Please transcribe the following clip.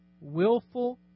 willful